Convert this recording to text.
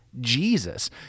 Jesus